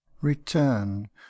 return